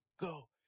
go